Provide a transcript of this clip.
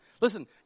Listen